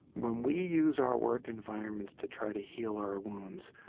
when we use our work environments to try to heal our wounds,